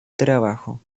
trabajo